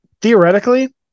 Theoretically